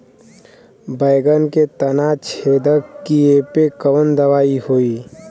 बैगन के तना छेदक कियेपे कवन दवाई होई?